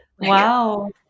Wow